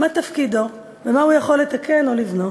מה תפקידו ומה הוא יכול לתקן או לבנות.